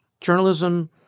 journalism